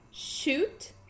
Shoot